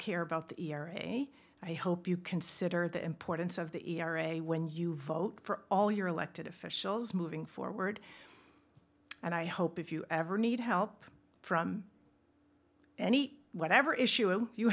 care about the array i hope you consider the importance of the e r a when you vote for all your elected officials moving forward and i hope if you ever need help from any whatever issue you